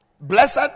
Blessed